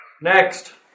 Next